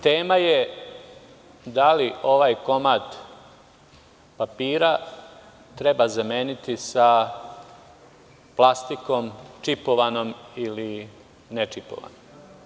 Tema je da li ovaj komad papira treba zameniti sa plastikom, čipovanom ili ne čipovanom.